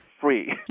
free